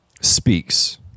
speaks